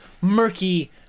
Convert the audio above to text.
murky